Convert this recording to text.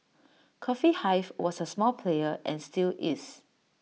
coffee hive was A small player and still is